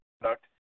product